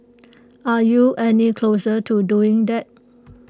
are you any closer to doing that